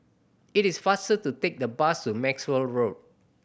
it is faster to take the bus to Maxwell Road